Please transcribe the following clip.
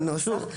בנוסח.